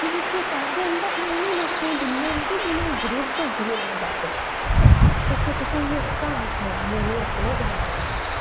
एह् जेह्के पैसे न एह् उ'नें लेकें गी दिंदे न जि'नेंगी जरुरत होंदी ऐ इनें पैसें दी ते अस जेह्के तुसें गी इक्क कहानी सनान्आं अपने ग्रां दी